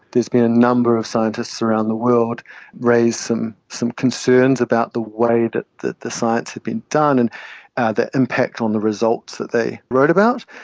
there's been a number of scientists around the world raise some some concerns about the way that the the science had been done, and the impact on the results that they wrote about.